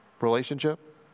relationship